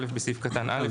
(א)בסעיף קטן (א),